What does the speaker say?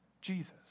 jesus